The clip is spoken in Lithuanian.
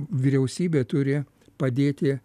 vyriausybė turi padėti